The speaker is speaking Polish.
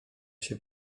się